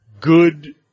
good